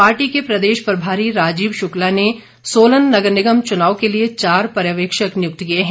party के प्रदेश प्रभारी राजीव शुक्ला ने सोलन नगर निगम चुनाव के लिए चार पर्यवेक्षक नियुक्त किए हैं